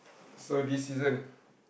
so this season